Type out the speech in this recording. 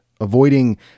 avoiding